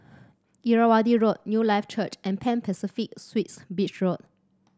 Irrawaddy Road Newlife Church and Pan Pacific Suites Beach Road